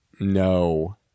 no